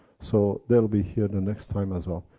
so they will be here next time as well.